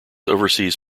overseas